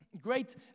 great